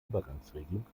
übergangsregelung